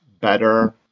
better